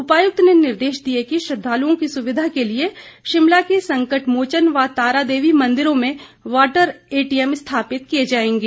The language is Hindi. उपायुक्त ने निर्देश दिए कि श्रद्धालुओं की सुविधा के लिए शिमला के संकट मोचन व तारादेवी मंदिरों में वाटर एटीएम स्थापित किए जाएंगे